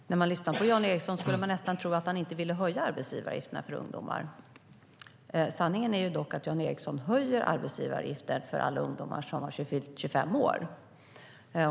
Herr talman! När man lyssnar på Jan Ericson skulle man nästan kunna tro att han inte vill höja arbetsgivaravgifterna för ungdomar. Sanningen är ju dock att Jan Ericson höjer arbetsgivaravgiften för alla ungdomar som har fyllt 25 år.